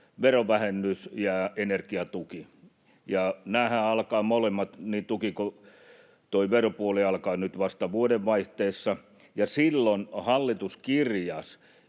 verovähennys ja energiatuki. Ja nämähän alkavat molemmat, niin tuki kuin tuo veropuoli, vasta vuodenvaihteessa, ja silloin hallitus kirjasi,